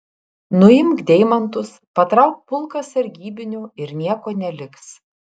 nuimk deimantus patrauk pulką sargybinių ir nieko neliks